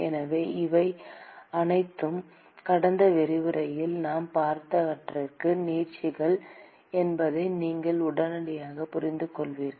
எனவே இவை அனைத்தும் கடந்த விரிவுரையில் நாம் பார்த்தவற்றின் நீட்சிகள் என்பதை நீங்கள் உடனடியாக புரிந்துகொள்வீர்கள்